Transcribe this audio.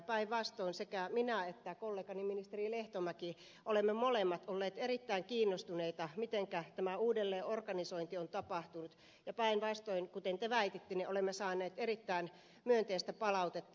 päinvastoin sekä minä että kollegani ministeri lehtomäki olemme molemmat olleet erittäin kiinnostuneita mitenkä tämä uudelleenorganisointi on tapahtunut ja päinvastoin kuin te väititte olemme saaneet erittäin myönteistä palautetta